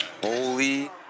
Holy